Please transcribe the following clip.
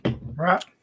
Right